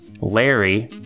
Larry